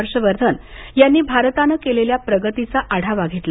हर्षवर्धन यांनी भारतानं केलेल्या प्रगतीचा आढावा घेतला